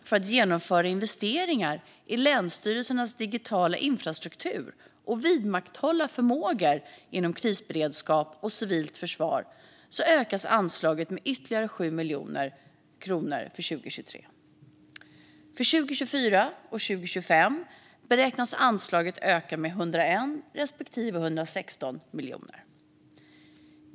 För att genomföra investeringar i länsstyrelsernas digitala infrastruktur och vidmakthålla förmågor inom krisberedskap och civilt försvar ökas anslaget med ytterligare 7 miljoner kronor för 2023. För 2024 och 2025 beräknas anslaget öka med 101 respektive 116 miljoner kronor.